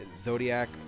zodiac